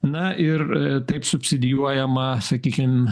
na ir taip subsidijuojama sakykim